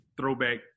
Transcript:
throwback